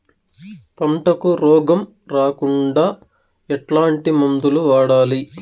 పంటకు రోగం రాకుండా ఎట్లాంటి మందులు వాడాలి?